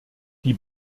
die